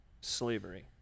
slavery